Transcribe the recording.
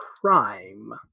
crime